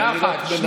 אני רק מנסה,